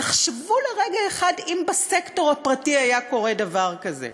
תחשבו לרגע אחד אם בסקטור הפרטי היה קורה דבר כזה.